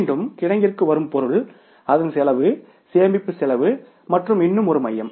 மீண்டும் கிடங்கிற்கு வரும் பொருள் அதன் செலவு சேமிப்பு செலவு மற்றும் இன்னும் ஒரு மையம்